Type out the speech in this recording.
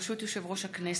ברשות יושב-ראש הכנסת,